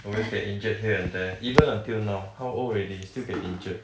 always get injured here and there even until now how old already still get injured